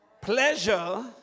Pleasure